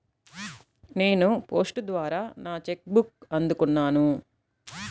నేను పోస్ట్ ద్వారా నా చెక్ బుక్ని అందుకున్నాను